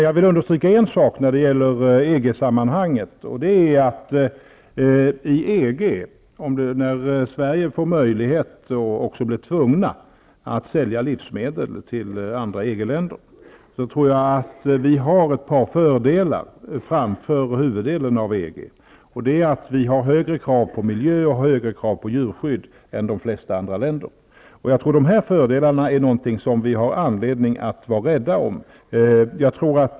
Jag vill understryka en sak när det gäller EG, nämligen att vi när Sverige får möjlighet, och också blir tvunget, att sälja livsmedel till andra EG länder, har ett par fördelar framför huvuddelen av EG-länderna. Sverige ställer högre krav på miljöoch djurskydd än de flesta andra länder. De fördelarna är något som vi har anledning att vara rädda om.